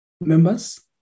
Members